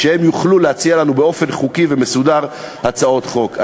כשהם יוכלו להציע לנו באופן חוקי ומסודר הצעות חוק.